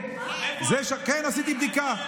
כן, עשיתי בדיקה.